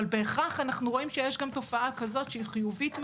אבל בהכרח אנחנו רואים שיש גם תופעה כזאת שהיא חיובית מאוד.